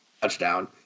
Touchdown